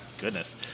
Goodness